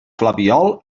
flabiol